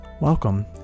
welcome